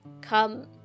come